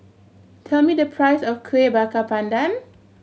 tell me the price of Kueh Bakar Pandan